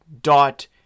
dot